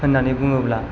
होननानै बुङोब्ला